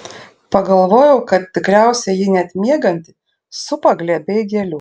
pagalvojau kad tikriausiai jį net miegantį supa glėbiai gėlių